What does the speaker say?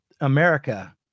America